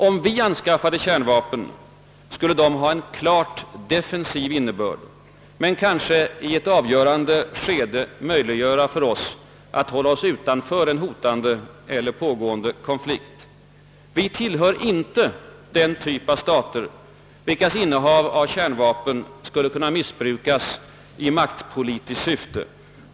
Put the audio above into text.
Om vi anskaffade kärnvapen, skulle de ha en klart defensiv innebörd men kanske i ett avgörande skede möjliggöra för oss att hålla oss utanför en hotande eller pågående konflikt. Vi tillhör inte den typ av stater, vilkas innehav av kärnvapen skulle kunna missbrukas i maktpolitiskt syfte.